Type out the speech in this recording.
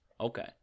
Okay